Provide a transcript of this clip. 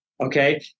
Okay